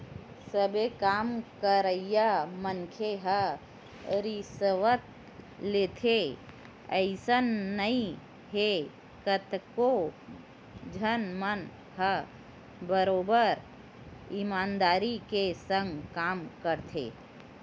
सबे काम करइया मनखे ह रिस्वत लेथे अइसन नइ हे कतको झन मन ह बरोबर ईमानदारी के संग काम करथे